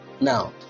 Now